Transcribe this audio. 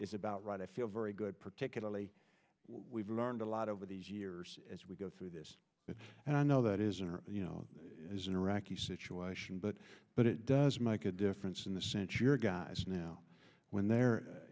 is about right i feel very good particularly we've learned a lot over these years as we go through this with and i know that isn't you know as an iraqi situation but but it does make a difference in the sense your guys now when they're